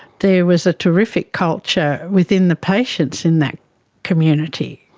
there was a terrific culture within the patients in that community.